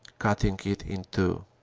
cutting it in two.